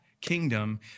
kingdom